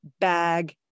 bag